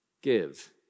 give